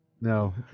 no